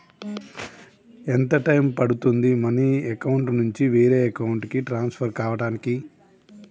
ఎంత టైం పడుతుంది money account నుంచి వేరే అకౌంట్ కి ట్రాన్స్ఫర్ కావటానికి?